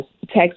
text